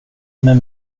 men